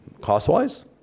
cost-wise